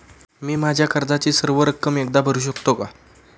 मी माझ्या कर्जाची सर्व रक्कम एकदा भरू शकतो का?